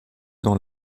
dans